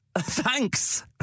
thanks